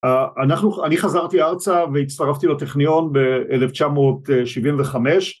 אנחנו אני חזרתי ארצה והצטרפתי לטכניון ב-1975